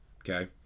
Okay